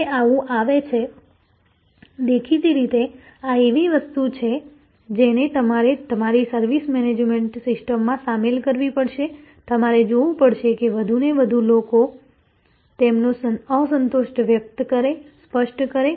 હવે આવું આવે છે દેખીતી રીતે આ એવી વસ્તુ છે જેને તમારે તમારી સર્વિસ મેનેજમેન્ટ સિસ્ટમમાં સામેલ કરવી પડશે તમારે જોવું પડશે કે વધુને વધુ લોકો તેમનો અસંતોષ વ્યક્ત કરે સ્પષ્ટ કરે